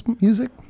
music